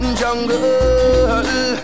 jungle